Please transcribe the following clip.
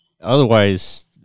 otherwise